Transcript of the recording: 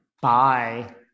Bye